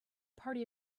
party